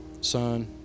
Son